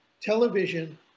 Television